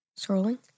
Scrolling